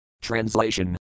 Translation